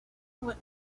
what